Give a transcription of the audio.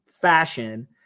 fashion